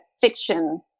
fiction